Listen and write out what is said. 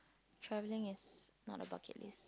travelling is not the bucket list